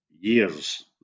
years